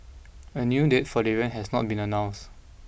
a new date for the event has not been announced